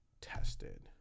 tested